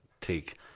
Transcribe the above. take